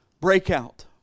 breakout